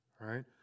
right